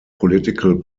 political